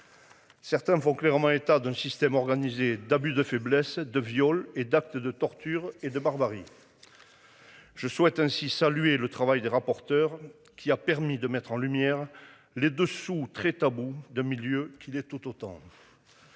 Certains font clairement état d'un système organisé, d'abus de faiblesse, de viols et d'actes de torture et de barbarie. Je souhaite ainsi salué le travail des rapporteurs qui a permis de mettre en lumière les dessous très tabou de milieu qui l'est tout autant.